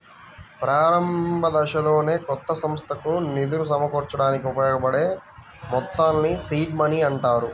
ప్రారంభదశలోనే కొత్త సంస్థకు నిధులు సమకూర్చడానికి ఉపయోగించబడే మొత్తాల్ని సీడ్ మనీ అంటారు